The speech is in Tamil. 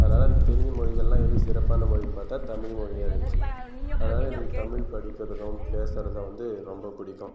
அதனால் தெரிஞ்ச மொழிகளில் எது சிறப்பான மொழின்னு பார்த்தா தமிழ் மொழியாருந்துச்சு அதனால் எனக்கு தமிழ் படிக்கிறதும் பேசுறதும் வந்து ரொம்ப பிடிக்கும்